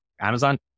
Amazon